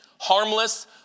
harmless